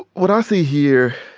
what i see here